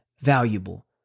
valuable